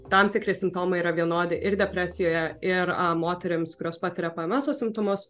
tam tikri simptomai yra vienodi ir depresijoje ir moterims kurios patiria pmso simptomus